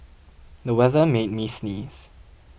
the weather made me sneeze